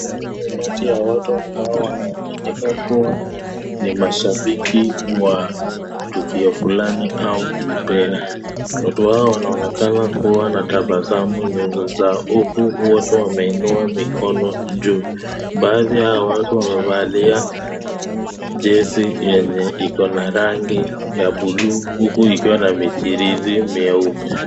Kuna umati wa watu ambao wanaonekana kuwa ni mashabiki wa tukio fulani au mpira. Watu hao wanaonekana kuwa na tabasamu nyuso zao huku wote wamenyua mikono juu. Baadhi ya hao watu wamevaa jezi yenye iko na rangi ya blue huku ikiwa na michirizi nyeupe.